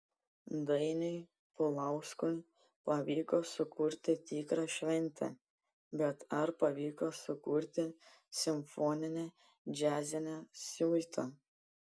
dainiui pulauskui pavyko sukurti tikrą šventę bet ar pavyko sukurti simfoninę džiazinę siuitą